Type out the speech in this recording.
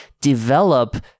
develop